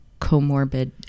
comorbid